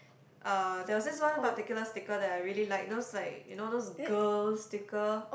uh there was this one particular sticker that I really liked those like you know those girl sticker